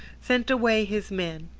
sent away his men,